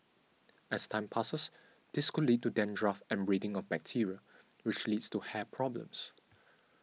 as time passes this could lead to dandruff and breeding of bacteria which leads to hair problems